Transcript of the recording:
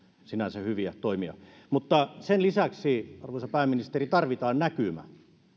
sinänsä hyviä toimia mutta sen lisäksi arvoisa pääministeri tarvitaan näkymä